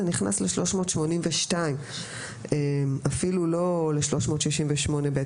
זה נכנס ל-382 ואפילו לא ל-368ב.